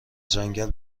جنگل